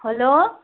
hello